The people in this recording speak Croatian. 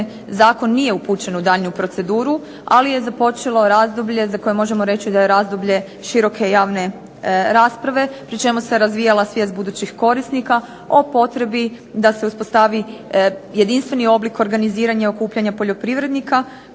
zakon nije upućen u daljnju proceduru ali je započelo razdoblje za koje možemo reći da je razdoblje široke javne rasprave pri čemu se razvijala svijest budućih korisnika o potrebi da se uspostavi jedinstveni oblik organiziranja i okupljanja poljoprivrednika